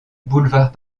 boulevard